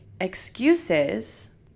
excuses